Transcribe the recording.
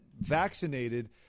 vaccinated